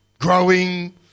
growing